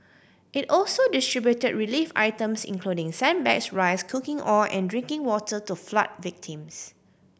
it also distribute relief items including sandbags rice cooking oil and drinking water to flood victims